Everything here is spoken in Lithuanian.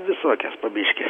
visokias po biškį